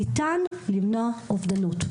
שניתן למנוע אובדנות.